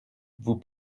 vous